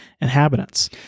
inhabitants